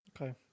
Okay